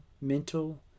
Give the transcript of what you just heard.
mental